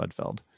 Sudfeld